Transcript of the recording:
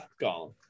gone